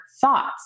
thoughts